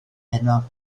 heno